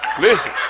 Listen